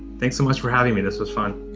thanks so much for having me. this was fun.